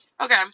Okay